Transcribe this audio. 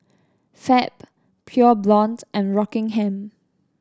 Fab Pure Blonde and Rockingham